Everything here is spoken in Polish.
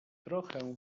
trochę